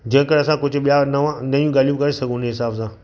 जेकरि असां कुझु ॿियां नवां नईं ॻाल्हियूं करे सघूं हुन हिसाब सां